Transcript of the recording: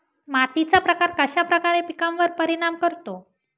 मातीचा प्रकार कश्याप्रकारे पिकांवर परिणाम करतो?